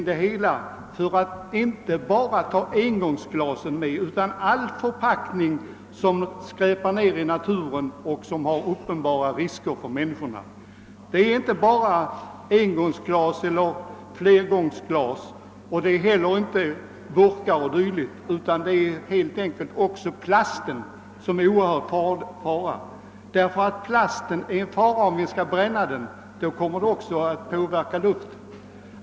Det är nämligen inte bara engångsglasen som skräpar ner i naturen och medför uppenbara risker för människorna, utan det gör nästan alla förpackningar. Frågan gäller således inte bara engångsglas eller returglas, och den gäller heller inte bara burkar o.d. Också plasten utgör en stor fara, eftersom luften påverkas negativt om vi bränner plasten.